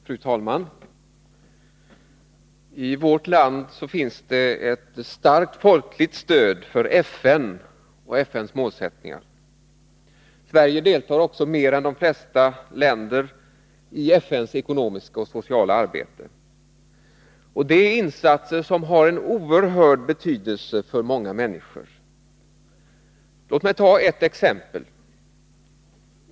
Fru talman! I vårt land finns det ett starkt folkligt stöd för FN och dess målsättningar. Sverige deltar också mer än de flesta länder i FN:s ekonomiska och sociala arbete. Det är insatser som har en oerhörd betydelse för många människor. Låt mig ta ett exempel.